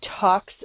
talks